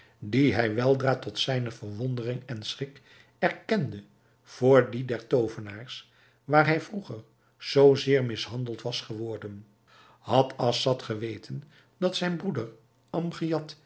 die hij weldra tot zijne verwondering en schrik erkende voor die der toovenaars waar hij vroeger zoo zeer mishandeld was geworden had assad geweten dat zijn broeder